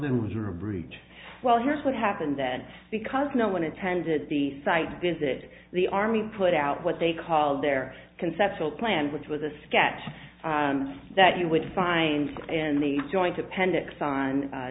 news or a breach well here's what happened then because no one attended the site visit the army put out what they call their conceptual plan which was a sketch that you would find in the joint appendix on